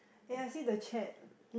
eh I see the chat